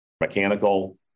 mechanical